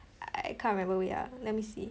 I I can't remember wait ah let me see